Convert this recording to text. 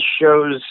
shows